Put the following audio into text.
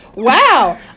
Wow